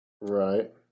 Right